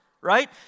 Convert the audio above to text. right